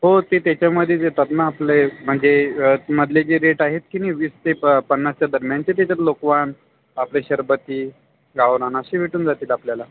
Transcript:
हो ते त्याच्यामधेच येतात ना आपले म्हणजे अ मधले जे रेट आहेत की नाही वीस ते प पन्नासच्या दरम्यानचे त्याच्यात लोकवन आपले शरबती गावरान असे भेटून जातात आपल्याला